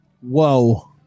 Whoa